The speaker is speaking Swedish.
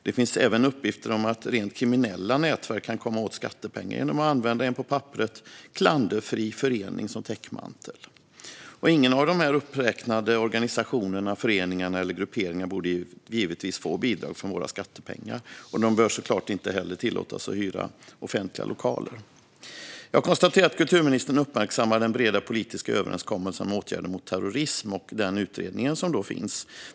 Det finns också uppgifter om att rent kriminella nätverk kan komma åt skattepengar genom att använda en på papperet klanderfri förening som täckmantel. Ingen av dessa uppräknade organisationer, föreningar eller grupperingar borde givetvis få bidrag från våra skattepengar, och de bör såklart inte heller tillåtas hyra offentliga lokaler. Jag konstaterar att kulturministern uppmärksammar den breda politiska överenskommelsen om åtgärder mot terrorism och den utredning som finns.